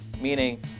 meaning